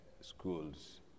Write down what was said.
schools